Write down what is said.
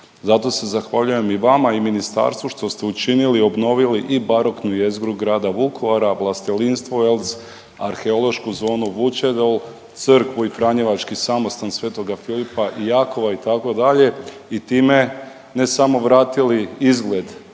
Zato se zahvaljujem i vama i ministarstvu što ste učinili, obnovili i baroknu jezgru grada Vukovara, vlastelinstvo jels, arheološku zonu Vučedol, crvku i Franjevački samostan sv. Filipa i Jakova itd. i time ne samo vratili izgled